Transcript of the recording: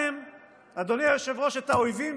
אדוני היושב-ראש, מצאתם את האויבים